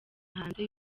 hanze